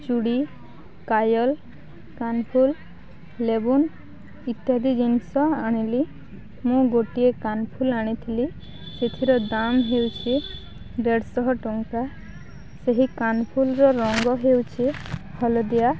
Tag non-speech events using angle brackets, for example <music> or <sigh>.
ଚୁଡ଼ି ପାୟଲ୍ କାନ୍ଫୁଲ୍ <unintelligible> ଇତ୍ୟାଦି ଜିନିଷ ଆଣିଲି ମୁଁ ଗୋଟିଏ କାନ୍ଫୁଲ୍ ଆଣିଥିଲି ସେଥିର ଦାମ୍ ହେଉଛି ଦେଢ଼ଶହ ଟଙ୍କା ସେହି କାନ୍ଫୁଲ୍ର ରଙ୍ଗ ହେଉଛି ହଳଦିଆ